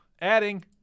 Adding